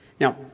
Now